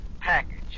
package